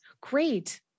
Great